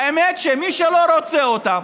האמת היא שלמי שלא רוצה אותם